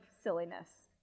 silliness